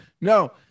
No